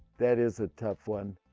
that is a tough one!